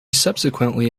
subsequently